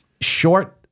short